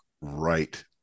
right